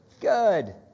Good